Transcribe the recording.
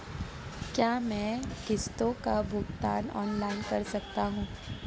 क्या मैं किश्तों का भुगतान ऑनलाइन कर सकता हूँ?